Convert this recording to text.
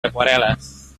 aquarel·les